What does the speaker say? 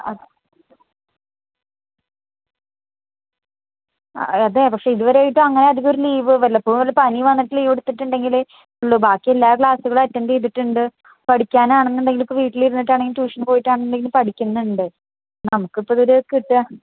അത് അതെ പക്ഷേ ഇതുവരെയായിട്ടും അങ്ങനെ അധികവൊരു ലീവ് വല്ലപ്പോഴും വല്ല പനീം വന്നിട്ട് ലീവെടുത്തിട്ടുണ്ടെങ്കിലെ ഉള്ളു ബാക്കിയെല്ലാ ക്ലാസ്സുകളും അറ്റൻഡ് ചെയ്തതിട്ടുണ്ട് പഠിക്കാനാണെന്നുണ്ടെങ്കിൽ ഇപ്പം വീട്ടിലിരുന്നിട്ടാണെങ്കിൽ ട്യൂഷന് പോയിട്ടാണെന്നുണ്ടെങ്കിലും പഠിക്കുന്നുണ്ട് നമുക്കിപ്പം ഇതൊരു കിട്ടുക